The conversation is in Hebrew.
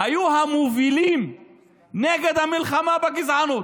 היו המובילים נגד המלחמה בגזענות,